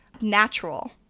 natural